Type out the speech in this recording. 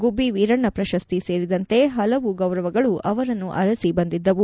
ಗುಬ್ಬಿವೀರಣ್ಣ ಪ್ರಶಸ್ತಿ ಸೇರಿದಂತೆ ಹಲವು ಗೌರವಗಳು ಅವರನ್ನು ಅರಸಿ ಬಂದಿದ್ದವು